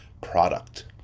product